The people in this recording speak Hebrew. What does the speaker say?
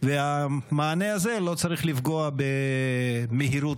אבל הוא חייב להיות ניצחון מלא.